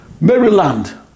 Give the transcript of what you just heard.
Maryland